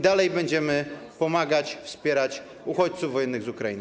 Dalej będziemy pomagać, wspierać uchodźców wojennych z Ukrainy.